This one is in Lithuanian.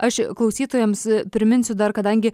aš klausytojams priminsiu dar kadangi